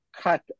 cut